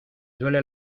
duele